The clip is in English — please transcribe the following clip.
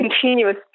continuous